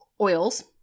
oils